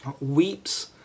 Weeps